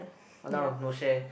!walao! no share